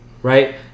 Right